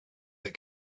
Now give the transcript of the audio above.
that